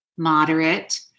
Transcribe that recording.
Moderate